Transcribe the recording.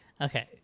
Okay